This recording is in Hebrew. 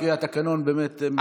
רק התקנון מבקש באמת לסיים.